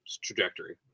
trajectory